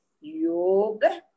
Yoga